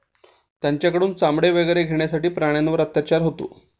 त्यांच्याकडून चामडे वगैरे घेण्यासाठी प्राण्यांवर अत्याचार होतो